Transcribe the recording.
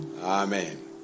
Amen